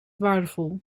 waardevol